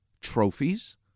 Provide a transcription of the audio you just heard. trophies